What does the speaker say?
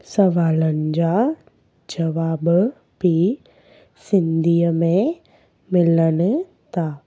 सुवालनि जा जवाब बि सिंधीअ में मिलनि था